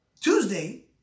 Tuesday